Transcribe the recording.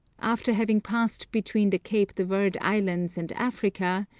after having passed between the cape de verd islands and africa,